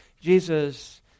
Jesus